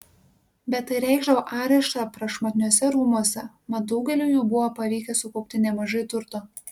bet tai reikšdavo areštą prašmatniuose rūmuose mat daugeliui jų buvo pavykę sukaupti nemažai turto